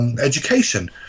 education